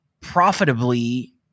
profitably